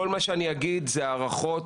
כל מה שאני אגיד אלה הערכות.